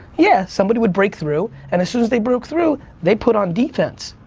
yeah, somebody would break through and as soon as they broke through they put on defense,